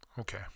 Okay